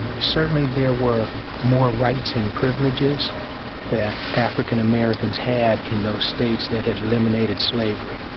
certainly there were more rights and privileges that african-americans had in those states that had eliminated slavery.